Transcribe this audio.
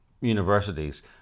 universities